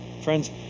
Friends